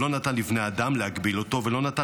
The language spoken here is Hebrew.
הוא לא נתן לבני האדם להגביל אותו ולא נתן